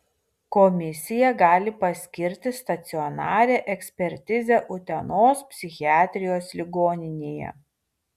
komisija gali paskirti stacionarią ekspertizę utenos psichiatrijos ligoninėje